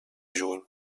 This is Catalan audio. juny